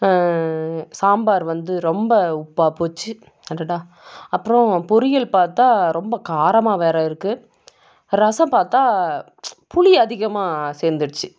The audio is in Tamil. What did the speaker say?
சாம்பார் வந்து ரொம்ப உப்பாக போச்சு அடடா அப்புறம் பொரியல் பார்த்தா ரொம்ப காரமாக வேறு இருக்குது ரசம் பார்த்தா புளி அதிகமாக சேர்ந்துடிச்சி